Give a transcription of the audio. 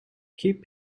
keep